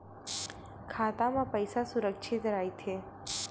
खाता मा पईसा सुरक्षित राइथे?